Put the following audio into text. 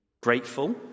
grateful